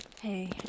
Hey